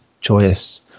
joyous